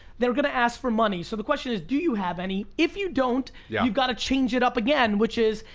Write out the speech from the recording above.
they're gonna ask for money. so the question is, do you have any. if you don't, yeah you've got to change it up again, which is,